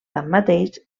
tanmateix